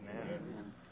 Amen